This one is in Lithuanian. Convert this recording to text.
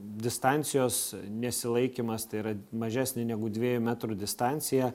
distancijos nesilaikymas tai yra mažesnė negu dviejų metrų distancija